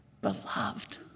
Beloved